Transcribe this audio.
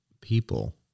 people